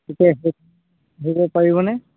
গতিকে আহিব পাৰিবনে